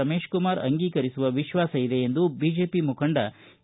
ರಮೇಶ್ ಕುಮಾರ್ ಅಂಗೀಕರಿಸುವ ವಿಶ್ವಾಸ ಇದೆ ಎಂದು ಬಿಜೆಪಿ ಮುಖಂಡ ಕೆ